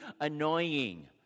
annoying